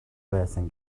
байсан